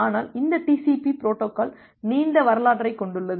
ஆனால் இந்த TCP protocol நீண்ட வரலாற்றைக் கொண்டுள்ளது